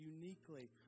uniquely